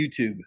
YouTube